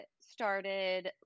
started